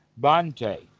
bante